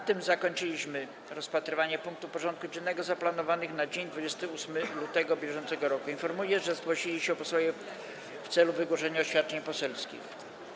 Na tym zakończyliśmy rozpatrywanie punktów porządku dziennego zaplanowanych na dzień 28 lutego br. Informuję, że zgłosili się posłowie w celu wygłoszenia oświadczeń poselskich.